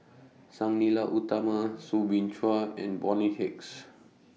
Sang Nila Utama Soo Bin Chua and Bonny Hicks